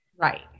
Right